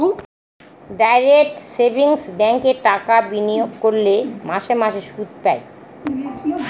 direct savings ব্যাঙ্কে টাকা বিনিয়োগ করলে মাসে মাসে সুদ পায়